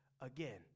again